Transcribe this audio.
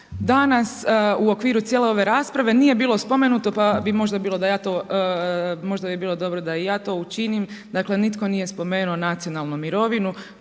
danas u okviru cijele ove rasprave nije bilo spomenuto, pa bi možda bilo da ja to, možda bi bilo dobro da i ja to učinim. Dakle, nitko nije spomenuo nacionalnu mirovinu.